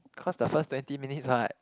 cause the first twenty minutes what